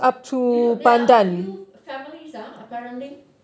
you know there are a few families ah apparently